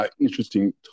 interesting